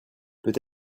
peut